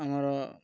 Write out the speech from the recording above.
ଆମର